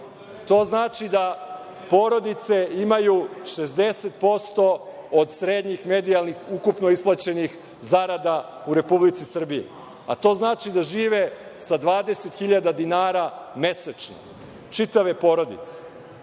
To znači da porodice imaju 60% od srednjih medijalnih ukupno isplaćenih zarada u Republici Srbiji, a to znači da žive sa 20.000 dinara mesečno, čitave porodice.